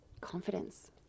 confidence